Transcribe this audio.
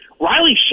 Riley